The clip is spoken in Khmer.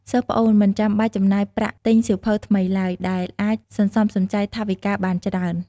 សិស្សប្អូនមិនចាំបាច់ចំណាយប្រាក់ទិញសៀវភៅថ្មីឡើយ ដែលអាចសន្សំសំចៃថវិកាបានច្រើន។